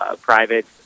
private